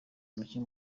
umukinnyi